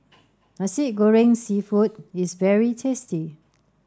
Nasi Goreng Seafood is very tasty